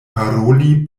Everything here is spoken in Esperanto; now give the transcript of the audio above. paroli